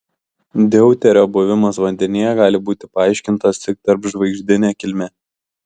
deuterio buvimas vandenyje gali būti paaiškintas tik tarpžvaigždine kilme